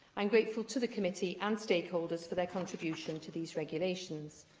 i'm grateful to the committee and stakeholders for their contribution to these regulations.